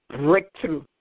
breakthrough